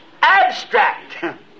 Abstract